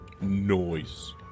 Noise